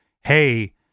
hey